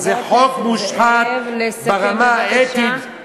חבר הכנסת זאב, לסכם בבקשה.